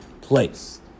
place